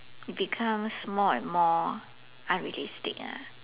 it becomes more and more unrealistic ah